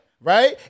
right